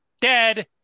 Dead